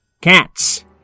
Cats